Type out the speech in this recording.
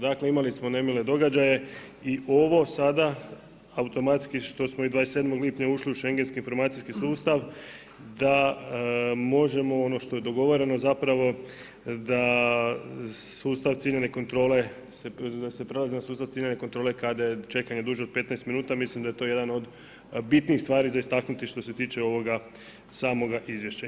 Dakle, imamo smo nemile događaje i ovo sada automatski, što smo i 27. lipnja ušli u Schengenski informacijski sustav, da možemo ono što je dogovoreno zapravo, da sustav civilne kontrole da se prelazi na sustav civilne kontrole, kada je čekanje duže od 15 minuta, mislim da to jedan od bitnijih stvari za istaknuti što se tiče ovog samog izvješća.